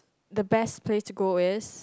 the best place to go is